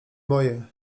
moje